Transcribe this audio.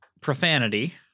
profanity